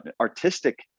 artistic